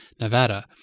Nevada